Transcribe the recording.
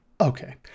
okay